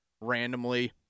randomly